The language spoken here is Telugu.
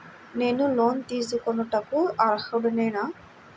నేను లోన్ తీసుకొనుటకు అర్హుడనేన?